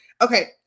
Okay